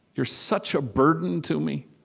you're such a burden to me